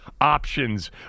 options